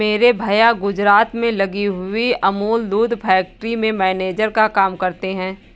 मेरे भैया गुजरात में लगी हुई अमूल दूध फैक्ट्री में मैनेजर का काम करते हैं